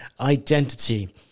identity